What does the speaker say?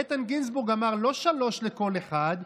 איתן גינזבורג אמר: לא שלוש לכל אחד,